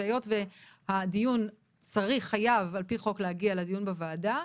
והיות שהדיון חייב על פי חוק להגיע לדיון בוועדה,